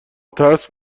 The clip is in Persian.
ترس